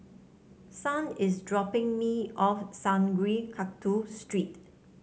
Son is dropping me off Sungei Kadut Street